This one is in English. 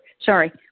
Sorry